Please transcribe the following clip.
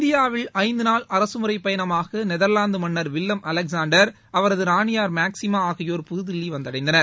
இந்தியாவில் ஐந்து நாள் அரசுமுறைப் பயணமாக நெதர்வாந்து மன்னர் வில்லம் அலெக்ஸாண்டர் அவரது ராணியார் மேக்சிமா ஆகியோர் புதுதில்லி வந்தடைந்தனர்